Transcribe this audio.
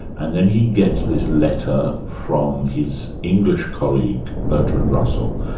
and then he gets this letter from his english colleague, bertrand russell.